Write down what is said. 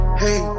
hey